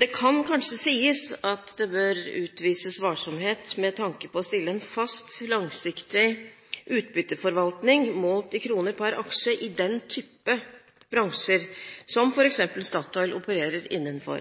Det kan kanskje sies at det bør utvises varsomhet, med tanke på å stille en fast, langsiktig utbytteforvaltning, målt i kroner per aksje, i den typen bransje som f.eks. Statoil opererer innenfor.